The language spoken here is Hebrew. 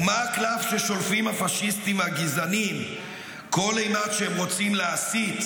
ומה הקלף ששולפים הפשיסטים הגזענים כל אימת שהם רוצים להסית,